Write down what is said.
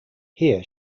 here